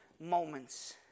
moments